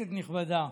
כנסת נכבדה,